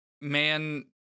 man